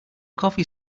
coffee